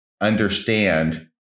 understand